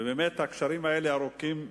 ובאמת, הקשרים האלה ארוכים,